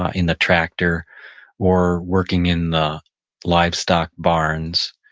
ah in the tractor or working in the livestock barns,